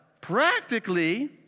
practically